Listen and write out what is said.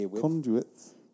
Conduits